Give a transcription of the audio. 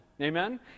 Amen